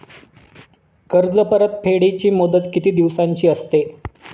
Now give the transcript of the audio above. कर्ज परतफेडीची मुदत किती दिवसांची असते?